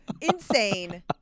Insane